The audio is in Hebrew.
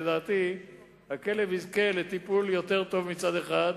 לדעתי הכלב יזכה לטיפול יותר טוב מצד אחד,